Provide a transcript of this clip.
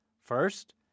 First